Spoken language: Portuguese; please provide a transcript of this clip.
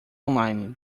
online